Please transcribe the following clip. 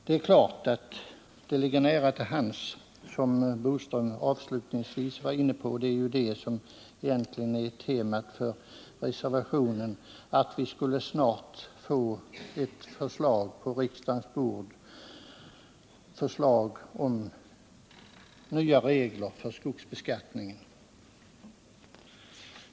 Som Curt Boström avslutningsvis var inne på ligger det naturligtvis nära till hands att säga — det är ju det som egentligen är reservationens tema — att vi snart bör få ett förslag på riksdagens bord om nya regler för skogsbeskattningen.